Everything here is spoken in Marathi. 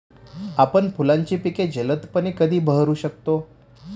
आपण फुलांची पिके जलदपणे कधी बहरू शकतो?